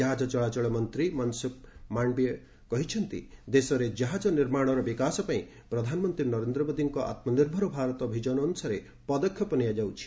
ଜାହାଜ ଚଳାଚଳ ମନ୍ତ୍ରୀ ମନସୁଖ ମାଣ୍ଡବିୟ କହିଛନ୍ତି ଦେଶରେ କାହାଜ ନିର୍ମାଣର ବିକାଶ ପାଇଁ ପ୍ରଧାନମନ୍ତ୍ରୀ ନରେନ୍ଦ୍ର ମୋଦୀଙ୍କ ଆତ୍କନିର୍ଭର ଭାରତ ଭିଜନ ଅନୁସାରେ ପଦକ୍ଷେପ ନିଆଯାଉଛି